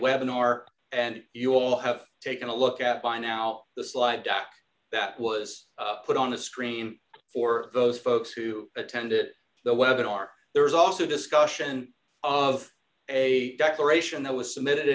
are and you all have taken a look at by now the slide that was put on the screen for those folks who attended the wedding are there was also discussion of a declaration that was submitted